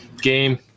game